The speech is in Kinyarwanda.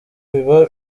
biba